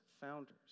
founders